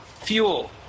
fuel